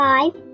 Five